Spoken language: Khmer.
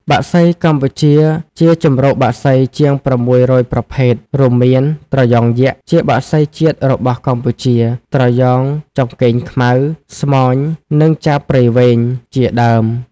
បក្សី កម្ពុជាជាជម្រកបក្សីជាង ៦០០ ប្រភេទ រួមមាន ត្រយ៉ងយក្ស ជាបក្សីជាតិរបស់កម្ពុជា ត្រយ៉ងចង្កេងខ្មៅ ស្មោញ និង ចាបព្រៃវែង ជាដើម។